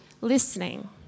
listening